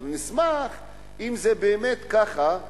אנחנו נשמח אם זה באמת כך,